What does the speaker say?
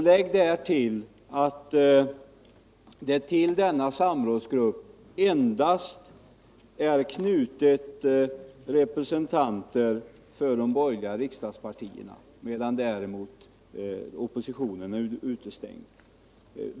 Lägg därtill att till denna samrådsgrupp är knutet endast representanter för de borgerliga riksdagspartierna medan oppositionen är utestängd.